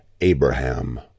Abraham